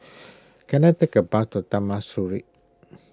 can I take a bus to Taman Sireh